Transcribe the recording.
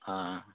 হ্যাঁ